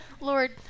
Lord